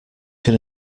can